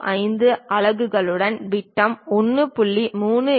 005 அலகுகளுடன் விட்டம் 1